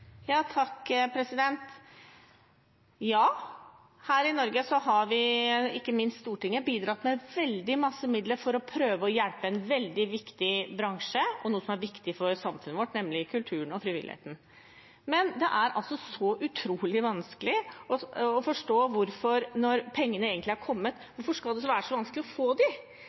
Her i Norge har ikke minst Stortinget bidratt til veldig mye midler for å prøve å hjelpe en veldig viktig bransje og noe som er viktig for samfunnet vårt, nemlig kulturen og frivilligheten. Men det er utrolig vanskelig å forstå når pengene egentlig har kommet, hvorfor det da skal være så vanskelig å få